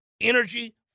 energy